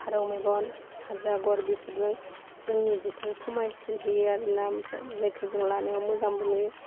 फारौ मेगन हाजो आगर बेफोदनो जोंनि जिखो समायसिन होयो आरोना आमफ्राय जायखौ जों लानायाव मोजांबो नुयो